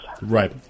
Right